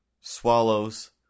swallows